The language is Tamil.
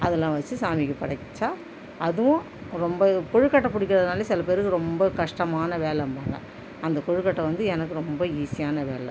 அதுலாம் வச்சு சாமிக்கு படைச்சா அதுவும் ரொம்ப கொழுக்கட்டை பிடிக்கிறதுனாலே சில பேருக்கு ரொம்ப கஷ்டமான வேலைம்பாங்க அந்த கொழுக்கட்டை வந்து எனக்கு ரொம்ப ஈஸியான வேலை